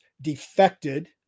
defected